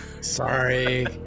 Sorry